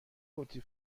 گفتی